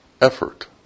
effort